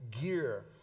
gear